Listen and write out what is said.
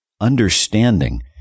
understanding